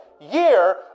year